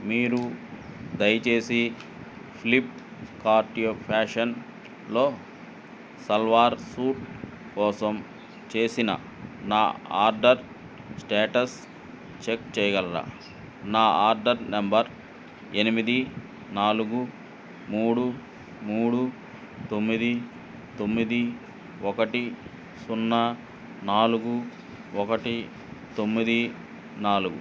మీరు దయచేసి ఫ్లిప్కార్ట్ ఫ్యాషన్లో సల్వార్ సూట్ కోసం చేసిన నా ఆర్డర్ స్టేటస్ చెక్ చేయగలరా నా ఆర్డర్ నెంబర్ ఎనిమిది నాలుగు మూడు మూడు తొమ్మిది తొమ్మిది ఒకటి సున్నా నాలుగు ఒకటి తొమ్మిది నాలుగు